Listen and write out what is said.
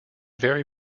very